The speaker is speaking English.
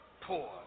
Poor